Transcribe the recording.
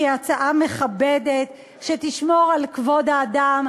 שהיא הצעה מכבדת שתשמור על כבוד האדם.